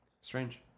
Strange